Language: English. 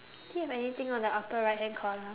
do you have anything on the upper right hand corner